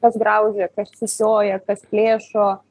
kas graužia kas sisioja kas plėšo